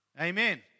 Amen